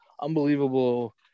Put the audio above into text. unbelievable –